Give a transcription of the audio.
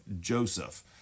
Joseph